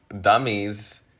dummies